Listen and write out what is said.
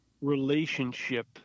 relationship